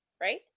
right